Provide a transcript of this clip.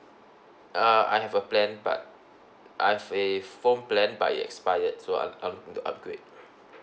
uh I have a plan but I have a phone plan but it expired so um I need to upgrade